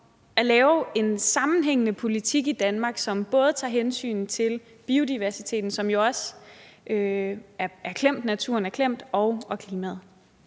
at lave en sammenhængende politik i Danmark, som både tager hensyn til biodiversiteten, som jo også er klemt, altså naturen er klemt, og klimaet.